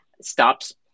stops